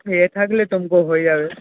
এ থাকলে হয়ে যাবে